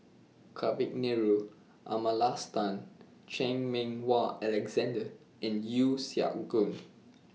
Kavignareru Amallathasan Chan Meng Wah Alexander and Yeo Siak Goon